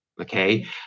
okay